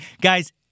guys